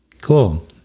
Cool